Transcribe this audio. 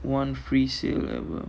one free sale ever